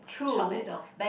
chop it off